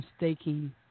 mistaking